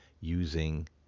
using